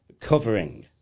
covering